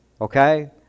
Okay